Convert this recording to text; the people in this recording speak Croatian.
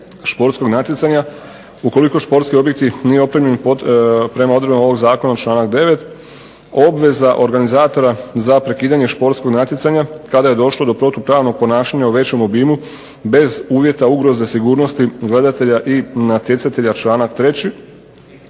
športskog natjecanje ukoliko športski objekt nije opremljen prema odredbama ovog zakona, članak 9. Obveza organizatora za prekidanje športskog natjecanja kada je došlo do protupravnog ponašanja u većem obimu bez uvjeta ugroze sigurnosti gledatelja i natjecatelja, članak 3.